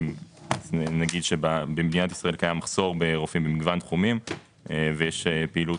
נגיד שבמדינת ישראל קיים מחסור ברופאים במגוון תחומים ויש פעילות